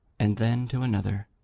and then to another,